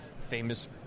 famous